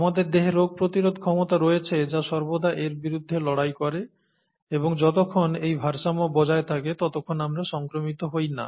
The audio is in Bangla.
আমাদের দেহে রোগ প্রতিরোধ ক্ষমতা রয়েছে যা সর্বদা এর বিরুদ্ধে লড়াই করে এবং যতক্ষণ এই ভারসাম্য বজায় থাকে ততক্ষণ আমরা সংক্রমিত হই না